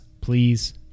please